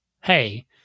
hey